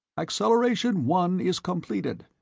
acceleration one is completed.